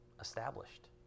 established